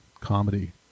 comedy